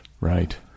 Right